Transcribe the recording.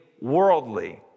worldly